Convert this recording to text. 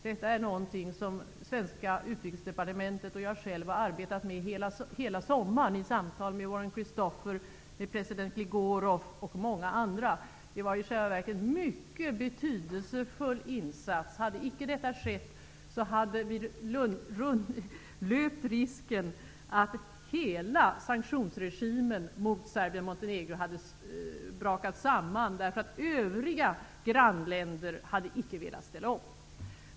Detta är någonting som svenska utrikesdepartementet och jag själv har arbetat med hela sommarn i samtal med Warren Christopher och president Gigorov och många andra. Det var i själva verket en mycket betydelsefull insats. Hade icke detta skett, hade vi löpt risken att hela sanktionsregimen mot Serbien Montenegro hade brakat samman därför att övriga grannländer inte hade velat ställa upp.